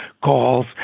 calls